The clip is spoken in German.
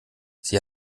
sie